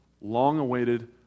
long-awaited